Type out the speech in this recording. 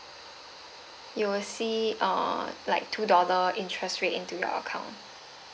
you will see uh like two dollar interest rate into your account